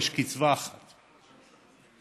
יש קצבה אחת משולבת.